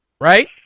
right